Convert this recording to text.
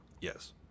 Yes